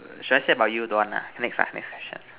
uh should I say about you don't want lah next ah next question